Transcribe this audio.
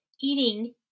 eating